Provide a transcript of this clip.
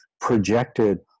projected